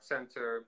Center